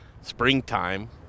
springtime